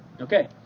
Okay